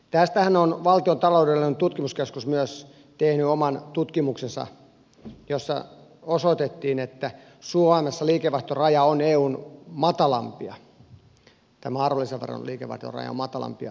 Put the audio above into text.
tästähän on valtion taloudellinen tutkimuskeskus myös tehnyt oman tutkimuksensa jossa osoitettiin että suomessa arvonlisäveron liikevaihtoraja jonka jälkeen joutuu veroa maksamaan on eun matalimpia